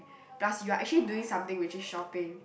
plus you are actually doing something which is shopping